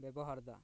ᱵᱮᱵᱚᱦᱟᱨᱮᱫᱟ